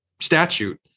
statute